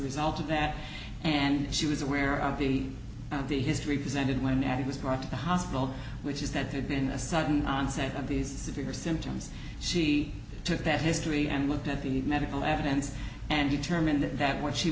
result of that and she was aware of the the history presented when ad was brought to the hospital which is that there'd been a sudden onset of these severe symptoms she took that history and looked at the medical evidence and determined that that